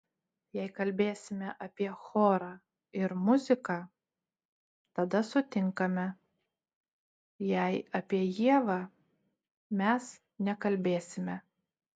jei kalbėsime apie chorą ir muziką tada sutinkame jei apie ievą mes nekalbėsime